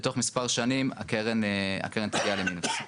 בתוך מספר שנים הקרן תגיע למינוס.